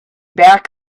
back